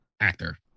actor